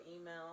email